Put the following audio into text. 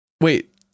wait